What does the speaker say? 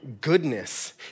goodness